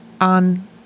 on